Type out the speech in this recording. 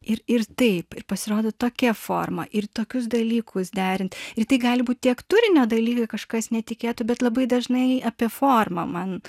ir ir taip ir pasirodo tokia forma ir tokius dalykus derinti ir tai gali būti tiek turinio dalykai kažkas netikėto bet labai dažnai apie formą man